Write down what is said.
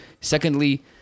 Secondly